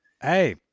hey